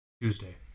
tuesday